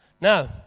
Now